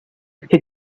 who